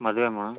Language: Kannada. ಮದುವೆ ಮಾ